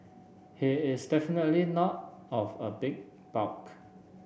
he is definitely not of a big bulk